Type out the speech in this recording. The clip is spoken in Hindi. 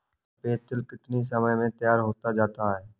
सफेद तिल कितनी समय में तैयार होता जाता है?